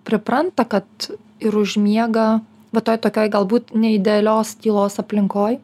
pripranta kad ir užmiega va toj tokioj galbūt ne idealios tylos aplinkoj